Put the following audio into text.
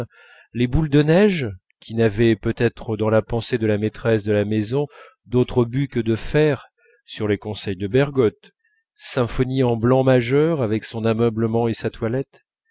les boules de neige qui n'avaient peut-être dans la pensée de la maîtresse de la maison d'autre but que de faire sur les conseils de bergotte symphonie en blanc majeur avec son ameublement et sa toilette